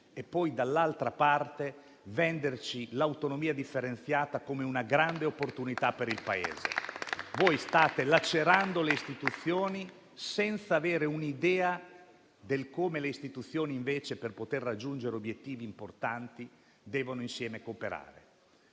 e poi, dall'altra parte, venderci l'autonomia differenziata come una grande opportunità per il Paese. Voi state lacerando le istituzioni, senza avere un'idea di come le istituzioni invece, per poter raggiungere obiettivi importanti, devono cooperare